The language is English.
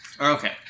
Okay